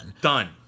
Done